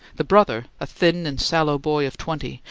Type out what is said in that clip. the brother, a thin and sallow boy of twenty,